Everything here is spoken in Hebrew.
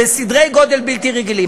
בסדרי-גודל בלתי רגילים?